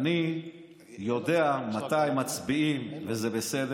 אני יודע מתי מצביעים וזה בסדר.